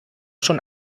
schon